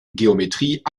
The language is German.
geometrie